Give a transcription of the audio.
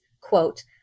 quote